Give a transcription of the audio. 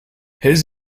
his